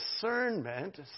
discernment